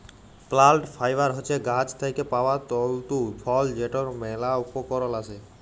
plant fibre হছে গাহাচ থ্যাইকে পাউয়া তল্তু ফল যেটর ম্যালা উপকরল আসে